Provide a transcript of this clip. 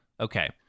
okay